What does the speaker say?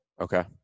Okay